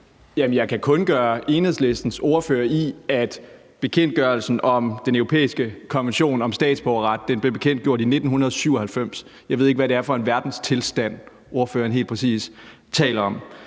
Jeg kan kun gøre Enhedslistens ordfører opmærksom på, at bekendtgørelsen om den europæiske konvention om statsborgerret blev bekendtgjort i 1997. Jeg ved ikke, hvad det er for en verdenstilstand, ordføreren helt præcis taler om.